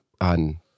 on